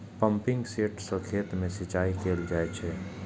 pumping set सं खेत मे सिंचाई कैल जाइ छै